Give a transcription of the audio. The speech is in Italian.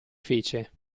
fece